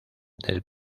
del